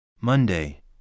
Monday